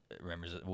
remembers